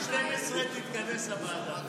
מ-12:00 תתכנס הוועדה.